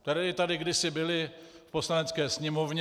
Tady to kdysi bylo v Poslanecké sněmovně.